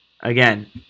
Again